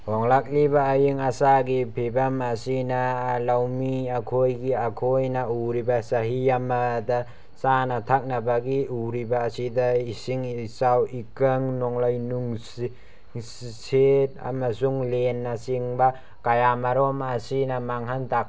ꯍꯣꯡꯂꯛꯂꯤꯕ ꯑꯏꯪ ꯑꯁꯥꯒꯤ ꯐꯤꯚꯝ ꯑꯁꯤꯅ ꯂꯧꯃꯤ ꯑꯩꯈꯣꯏꯒꯤ ꯑꯩꯈꯣꯏꯅ ꯎꯔꯤꯕ ꯆꯍꯤ ꯑꯃꯗ ꯆꯥꯅ ꯊꯛꯅꯕꯒꯤ ꯎꯔꯤꯕ ꯑꯁꯤꯗ ꯏꯁꯤꯡ ꯏꯆꯥꯎ ꯏꯀꯪ ꯅꯣꯡꯂꯩ ꯅꯨꯡꯁꯤꯠ ꯑꯃꯁꯨꯡ ꯂꯦꯟꯅꯆꯤꯡꯕ ꯀꯌꯥꯃꯔꯨꯝ ꯑꯁꯤꯅ ꯃꯥꯡꯍꯟ ꯇꯥꯛ